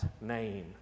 name